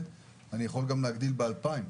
אני יכול גם להגדיל ב-2,000,